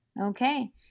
Okay